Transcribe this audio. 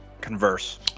converse